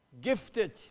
gifted